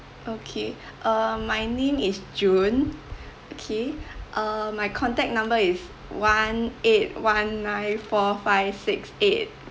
okay uh my name is june K uh my contact number is one eight one nine four five six eight